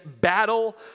battle